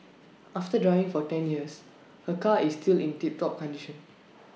after driving for ten years her car is still in tip top condition